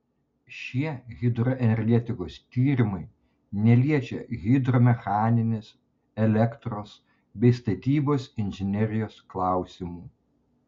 šie hidroenergetikos tyrimai neliečia hidromechaninės elektros bei statybos inžinerijos klausimų